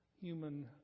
human